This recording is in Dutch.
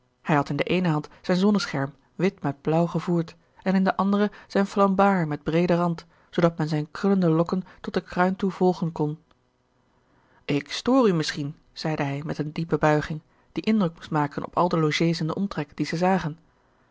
hij had in de eene hand zijn zonnescherm wit met blauw gevoerd en in de andere zijn flambard met breeden rand zoodat men zijne krullende lokken tot de kruin toe volgen kon ik stoor u misschien zeide hij met een diepe buiging die indruk moest maken op al de logées in den omtrek die ze zagen